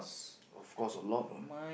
of course a lot what